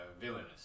villainous